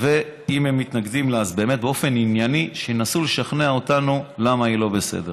בוודאי אם הוא שר אין שום בעיה עם זה.